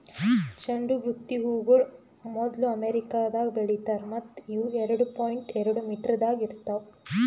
ಚಂಡು ಬುತ್ತಿ ಹೂಗೊಳ್ ಮೊದ್ಲು ಅಮೆರಿಕದಾಗ್ ಬೆಳಿತಾರ್ ಮತ್ತ ಇವು ಎರಡು ಪಾಯಿಂಟ್ ಎರಡು ಮೀಟರದಾಗ್ ಇರ್ತಾವ್